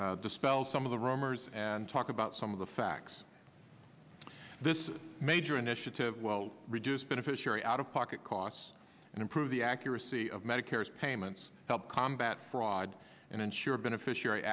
dispel some of the rumors and talk about some of the facts this is a major initiative reduce beneficiary out of pocket costs and improve the accuracy of medicare's payments help combat fraud and ensure beneficiary